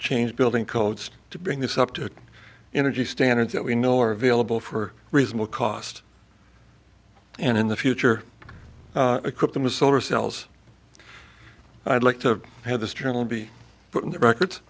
change building codes to bring this up to energy standards that we know are available for reasonable cost and in the future equip them with solar cells i'd like to have this journal be put in the record